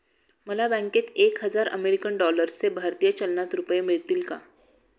मला बँकेत एक हजार अमेरीकन डॉलर्सचे भारतीय चलनात रुपये मिळतील का?